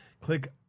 Click